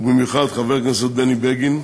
ובמיוחד חבר הכנסת בני בגין,